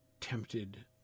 tempted